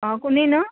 অঁ কোনে নো